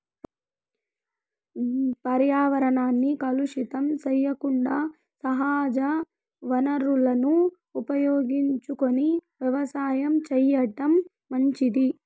పర్యావరణాన్ని కలుషితం సెయ్యకుండా సహజ వనరులను ఉపయోగించుకొని వ్యవసాయం చేయటం మంచిది